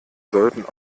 sollten